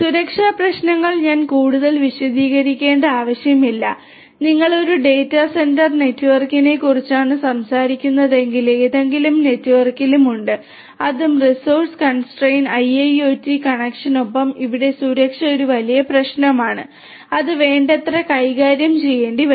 സുരക്ഷാ പ്രശ്നങ്ങൾ ഞാൻ കൂടുതൽ വിശദീകരിക്കേണ്ട ആവശ്യമില്ല നിങ്ങൾ ഒരു ഡാറ്റാ സെന്റർ നെറ്റ്വർക്കിനെക്കുറിച്ചാണ് സംസാരിക്കുന്നതെങ്കിൽ ഏതെങ്കിലും നെറ്റ്വർക്കിലും ഉണ്ട് അതും റിസോഴ്സ് കൺസ്ട്രെയിൻ IIoT കണക്ഷനുകൾക്കൊപ്പം ഇവിടെ സുരക്ഷ ഒരു വലിയ പ്രശ്നമാണ് അത് വേണ്ടത്ര കൈകാര്യം ചെയ്യേണ്ടിവരും